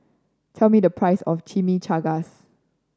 tell me the price of Chimichangas